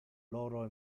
loro